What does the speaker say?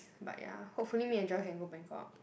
but ya hopefully me and Joy can go Bangkok